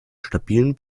stabilen